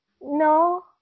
no